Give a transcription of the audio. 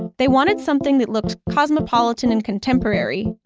and they wanted something that looked cosmopolitan and contemporary,